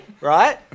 right